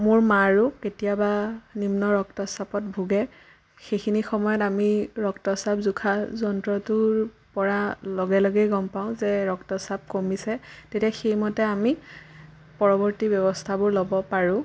মোৰ মাৰো কেতিয়াবা নিন্ম ৰক্তচাপত ভোগে সেইখিনি সময়ত আমি ৰক্তচাপ জোখা যন্ত্ৰটোৰ পৰা লগে লগে গম পাওঁ যে ৰক্তচাপ কমিছে তেতিয়া সেইমতে আমি পৰৱৰ্তী ব্যৱস্থাবোৰ ল'ব পাৰোঁ